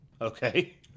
Okay